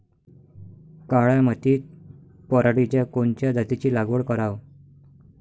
काळ्या मातीत पराटीच्या कोनच्या जातीची लागवड कराव?